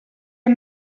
hem